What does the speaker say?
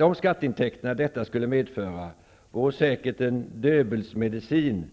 De skatteintäkter detta skulle medföra vore säkert en Döbelnsmedicin